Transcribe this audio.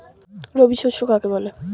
রবি শস্য কাকে বলে?